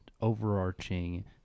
overarching